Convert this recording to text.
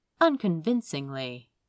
unconvincingly